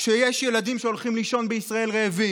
כשיש ילדים שהולכים לישון רעבים,